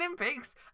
Olympics